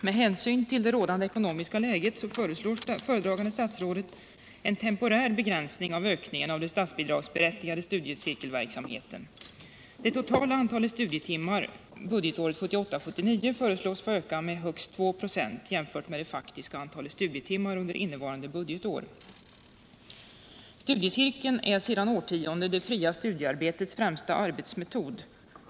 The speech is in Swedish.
Med hänsyn till det rådande ekonomiska läget föreslår föredragande statsrådet en temporär begränsning av ökningen av den statsbidragsberättigade studiecirkelverksamheten. Det totala antalet studietimmar budgetåret 1978/79 föreslås få öka med högst 2 96 jämfört med det faktiska antalet studietimmar under innevarande budgetår. Studiecirkeln är sedan årtionden det fria studiearbetets främsta arbetsmetod.